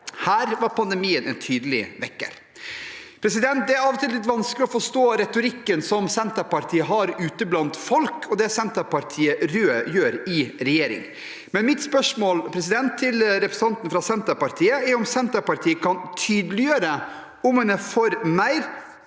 Her var pandemien en tydelig vekker.» Det er av og til litt vanskelig å forstå retorikken Senterpartiet har ute blant folk, og det Senterpartiet gjør i regjering. Mitt spørsmål til representanten fra Senterpartiet er om Senterpartiet kan tydeliggjøre om en er for mer